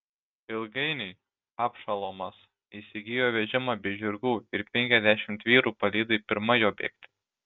ilgainiui abšalomas įsigijo vežimą bei žirgų ir penkiasdešimt vyrų palydai pirma jo bėgti